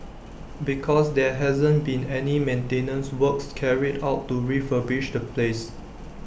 because there hasn't been any maintenance works carried out to refurbish the place